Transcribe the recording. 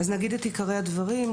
נגיד את עיקרי הדברים.